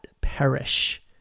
perish